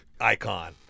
icon